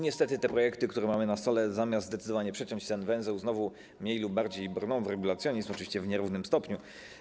Niestety te projekty, które mamy na stole, zamiast zdecydowanie przeciąć ten węzeł, znowu mniej lub bardziej brną w regulacjonizm, oczywiście w nierównym stopniu.